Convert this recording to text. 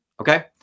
okay